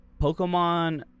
Pokemon